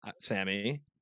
Sammy